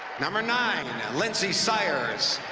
number nine, lindsey sires.